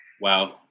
Wow